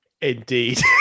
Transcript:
Indeed